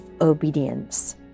obedience